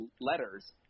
letters